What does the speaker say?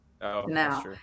Now